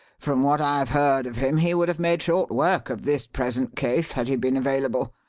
from what i have heard of him he would have made short work of this present case had he been available.